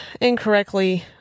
incorrectly